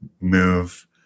move